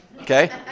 Okay